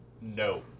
No